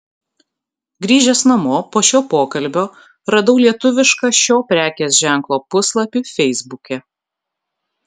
grįžęs namo po šio pokalbio radau lietuvišką šio prekės ženklo puslapį feisbuke